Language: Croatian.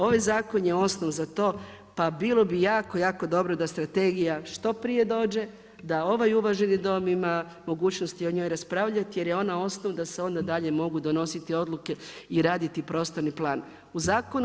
Ovaj zakon je osnov za to, pa bilo bi jako, jako dobro da strategija što prije dođe, da ovaj uvaženi Dom ima mogućnosti o njoj raspravljati jer je ona osnov da se onda mogu dalje donositi odluke i raditi prostorni plan u zakonu.